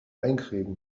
einkriegen